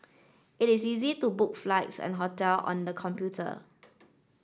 it is easy to book flights and hotel on the computer